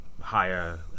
higher